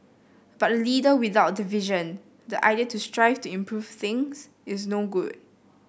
but a leader without the vision the idea to strive to improve things is no good